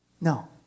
No